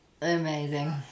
Amazing